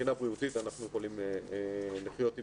מבחינה בריאותית אנחנו יכולים לחיות עם